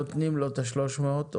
נותנים לו את ה-300.